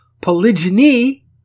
Polygyny